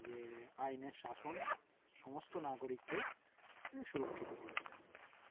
যে আইনের শাসন সমস্ত নাগরিককে সুরক্ষিত করেছে